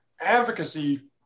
advocacy